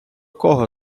кого